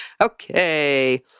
Okay